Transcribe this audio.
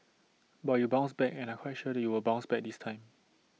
but you bounced back and I'm quite sure you will bounce back this time